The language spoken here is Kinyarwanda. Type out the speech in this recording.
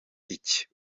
iki